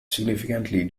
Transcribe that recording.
significantly